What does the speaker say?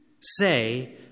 say